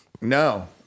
no